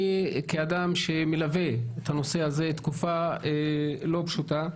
אני כאדם שמלווה את הנושא הזה תקופה לא פשוטה,